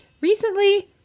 recently